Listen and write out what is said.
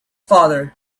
father